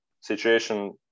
situation